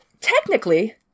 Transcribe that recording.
technically